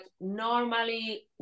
normally